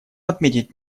отметить